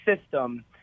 system